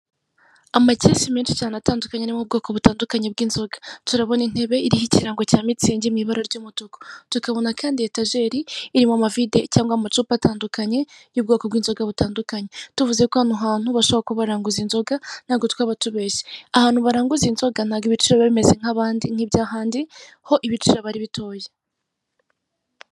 Amacyesi menshi cyane atandukanye ari mu bwoko bw'inzoga, turabona intebe iriho ikirango cya Mitsingi mu ibara ry'umutuku tukabona kandi etajeri irimo amavide cyangwa amacupa atanduakanye y'ubwoko bw'inzoga butandukanye, tuvuze ko hano hantu bashobora kuba baranguza inzoga ntago twaba tubeshye, ahantu baranguza inzoga ntago ibiciro biba bimeze nk'iby'ahandi, ho ibiciro aba ari bitoya.